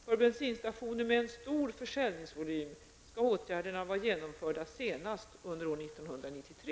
För bensinstationer med en stor försäljningsvolym skall åtgärderna vara genomförda senast under år 1993.